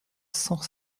cent